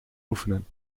oefenen